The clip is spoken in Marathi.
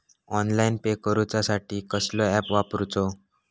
ऑनलाइन पे करूचा साठी कसलो ऍप वापरूचो?